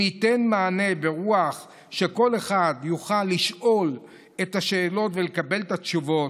אם ניתן מענה ברוח שכל אחד יוכל לשאול את השאלות ולקבל את התשובות,